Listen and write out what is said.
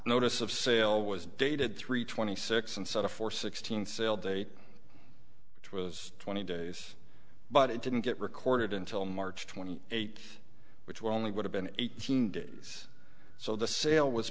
notice of sale was dated three twenty six and set a four sixteenth sale date which was twenty days but it didn't get recorded until march twenty eighth which were only would have been eighteen days so the sale was